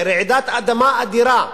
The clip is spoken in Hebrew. זה רעידת אדמה אדירה.